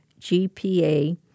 GPA